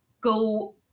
go